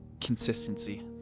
consistency